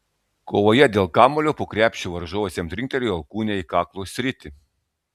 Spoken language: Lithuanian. kovoje dėl kamuolio po krepšiu varžovas jam trinktelėjo alkūne į kaklo sritį